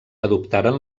adoptaren